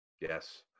Yes